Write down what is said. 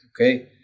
Okay